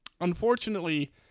unfortunately